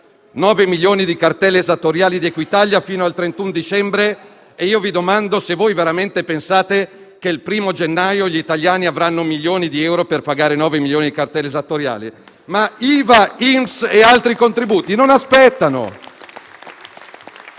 9 milioni di cartelle esattoriali di Equitalia fino al 31 dicembre e vi domando se veramente pensate che il 1° gennaio gli italiani avranno milioni di euro per pagare 9 milioni di cartelle esattoriali; ma IVA, INPS e altri contributi non aspettano.